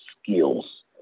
skills